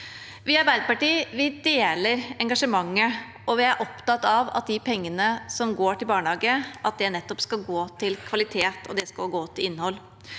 Vi i Arbeiderpartiet deler engasjementet, og vi er opptatt av at de pengene som går til barnehage, nettopp skal gå til kvalitet og innhold.